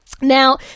Now